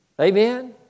Amen